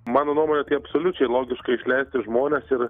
mano nuomone tai absoliučiai logiška išleisti žmones ir